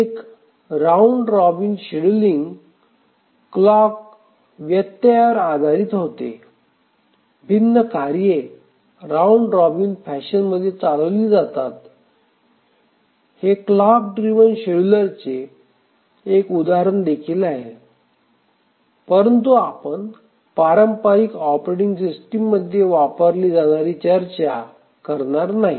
एक round robin scheduling clock व्यत्ययावर आधारित होते भिन्न कार्ये राउंड रोबिन फॅशनमध्ये चालविली जातात हे क्लॉक ड्रिव्हन शेड्यूलरचे एक उदाहरण देखील आहे परंतु आपण पारंपारिक ऑपरेटिंग सिस्टममध्ये वापरली जाणारी चर्चा करणार नाही